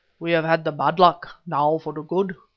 we have had the bad luck, now for the good.